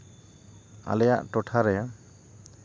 ᱟᱞᱮᱭᱟᱜ ᱴᱚᱴᱷᱟ ᱨᱮ